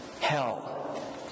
hell